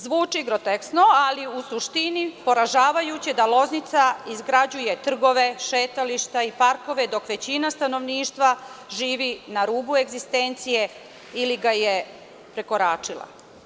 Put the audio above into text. Zvuči groteskno, ali u suštini poražavajuće da Loznica izgrađuje trgove, šetališta, parkove dok većina stanovništva živi na rubu egzistencije ili ga je prekoračila.